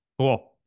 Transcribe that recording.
Cool